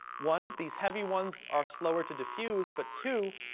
one, these heavy ones are slower to diffuse. but two,